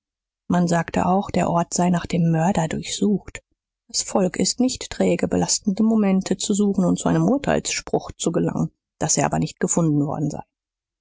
man sagte auch der ort sei nach dem mörder durchsucht das volk ist nicht träge belastende momente zu suchen und zu einem urteilsspruch zu gelangen daß er aber nicht gefunden worden sei